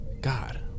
God